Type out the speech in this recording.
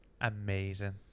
amazing